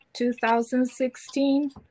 2016